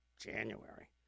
January